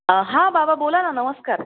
हां बाबा बोला ना नमस्कार